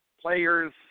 players